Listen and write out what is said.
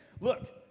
look